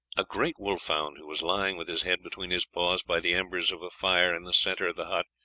a great wolf-hound, who was lying with his head between his paws by the embers of a fire in the centre of the hut,